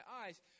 eyes